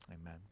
Amen